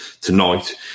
tonight